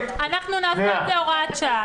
אנחנו נעשה את זה כהוראת שעה.